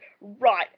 right